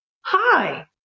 hi